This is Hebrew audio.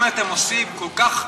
אם אתם עושים כל כך,